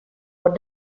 what